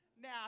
Now